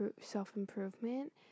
self-improvement